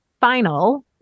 final